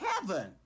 heaven